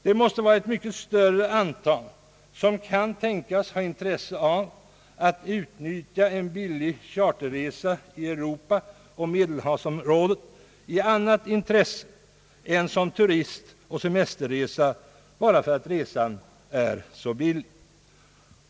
Det måste vara ett mycket större antal människor som kan tänkas vilja utnyttja en billig charterresa i Europa och Medelhavsområdet i annat intresse än som turisteller semesterresa bara för att resan är så billig.